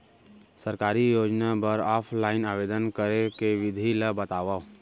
सरकारी योजना बर ऑफलाइन आवेदन करे के विधि ला बतावव